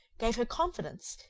gave her confidence,